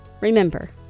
Remember